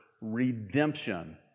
redemption